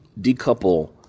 decouple